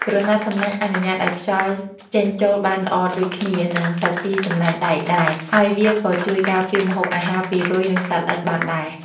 ក្រណាត់សំណាញ់អនុញ្ញាតឱ្យខ្យល់ចេញចូលបានល្អដូចគ្នានឹងសាជីសំណាញ់ដែកដែរ ហើយវាក៏ជួយការពារម្ហូបអាហារពីរុយ ឬសត្វល្អិតបានដែរ។